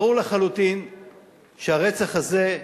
ברור לחלוטין שהרצח הזה,